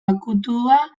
akutua